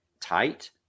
tight